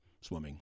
swimming